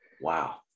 Wow